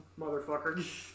motherfucker